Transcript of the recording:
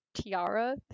tiara